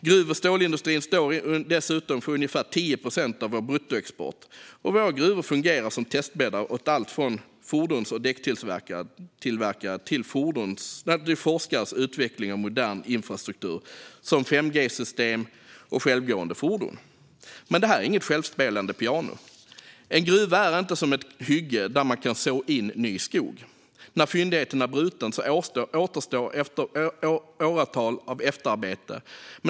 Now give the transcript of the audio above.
Gruv och stålindustrin står dessutom för ungefär 10 procent av vår bruttoexport, och våra gruvor fungerar som testbäddar åt allt från fordons och däcktillverkare till forskares utveckling av modern infrastruktur som 5G-system och självgående fordon. Men det här är inget självspelande piano. En gruva är inte som ett hygge där man kan så in ny skog. När fyndigheten är bruten återstår åratal av efterarbete.